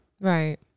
right